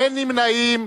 אין נמנעים.